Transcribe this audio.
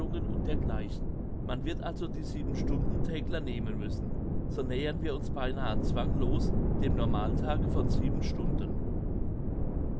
und dergleichen man wird also die siebenstundentägler nehmen müssen so nähern wir uns beinahe zwanglos dem normaltage von sieben stunden